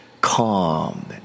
calm